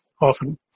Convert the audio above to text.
often